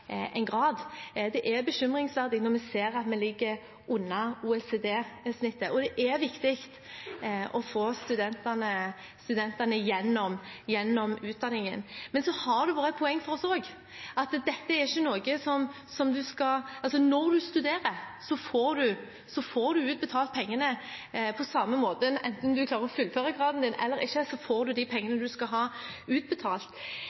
en grad. Det er bekymringsverdig når vi ser at vi ligger under OECD-snittet, og det er viktig å få studentene gjennom utdanningen. Men så har det vært et poeng for oss også at når du studerer, får du utbetalt pengene på samme måten. Enten du klarer å fullføre graden din eller ikke, får du de pengene du skal ha, utbetalt.